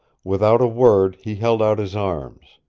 without a word he held out his arms.